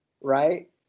right